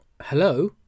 hello